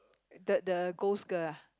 the the ghost girl ah